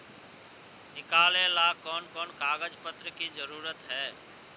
निकाले ला कोन कोन कागज पत्र की जरूरत है?